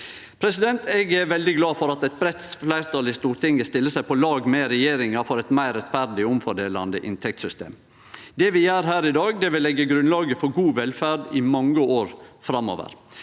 kommunar. Eg er veldig glad for at eit breitt fleirtal i Stortinget stiller seg på lag med regjeringa for eit meir rettferdig og omfordelande inntektssystem. Det vi gjer her i dag, vil leggje grunnlaget for god velferd i mange år framover.